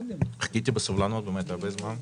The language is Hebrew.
חיכיתי בסבלנות הרבה זמן.